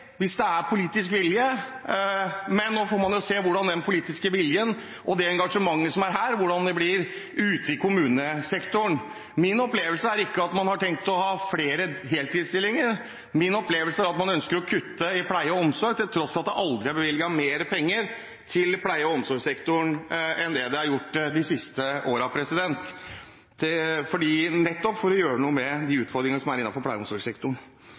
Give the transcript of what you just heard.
den politiske viljen og det engasjementet som er her. Min opplevelse er ikke at man har tenkt å ha flere heltidsstillinger. Min opplevelse er at man ønsker å kutte i pleie og omsorg, til tross for at det aldri er bevilget mer penger til pleie- og omsorgssektoren enn det er gjort de siste årene, nettopp for å gjøre noe med utfordringene innenfor denne sektoren. Jeg mener at det er interessant, og det er mange retoriske innlegg her. Men det er også noen som gjennomfører viktige tiltak. Innenfor både pleie- og omsorgssektoren